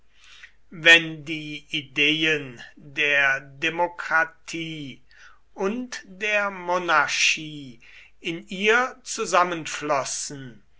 wenn die ideen der demokratie und der monarchie in ihr zusammenflossen